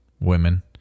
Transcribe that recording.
women